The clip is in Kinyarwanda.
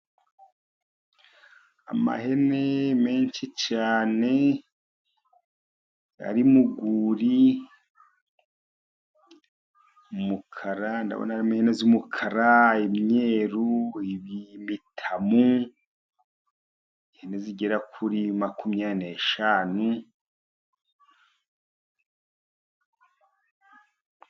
Amahene menshi cyane ari murwuri. Ndabonamo izo umukara, umweru n'ibimitamu. Ihene zigera kuri makumyabiri n'enshanu.